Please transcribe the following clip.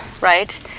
right